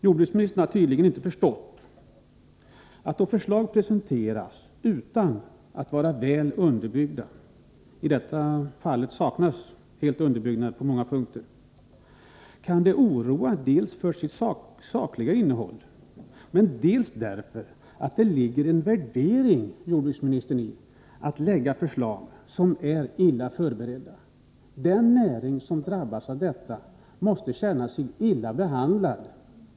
Jordbruksministern har tydligen inte begripit, att då förslag presenteras utan att vara väl underbyggda — i detta fall saknas ju helt underbyggnad på många punkter — kan de oroa dels på grund av sitt sakliga innehåll, dels därför att det ligger en värdering i att lägga fram illa förberedda förslag. Den näring som drabbas av detta måste känna sig illa behandlad.